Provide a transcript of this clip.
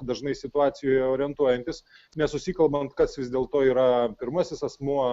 dažnai situacijoje orientuojantis nesusikalbant kas vis dėlto yra pirmasis asmuo